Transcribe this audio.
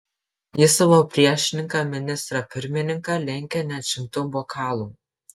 jis savo priešininką ministrą pirmininką lenkia net šimtu bokalų